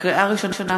לקריאה ראשונה,